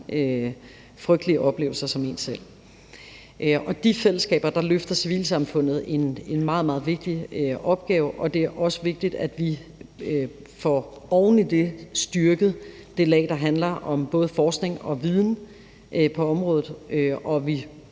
frygtelige oplevelser som en selv. I forhold til de fællesskaber løfter civilsamfundet en meget, meget vigtig opgave, og det er også vigtigt, at vi oven i det får styrket det lag, der handler om både forskning og viden på området, og at